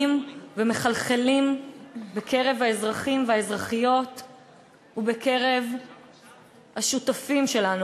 ומחלחלים בקרב האזרחים והאזרחיות ובקרב השותפים שלנו,